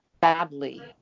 badly